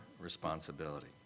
responsibility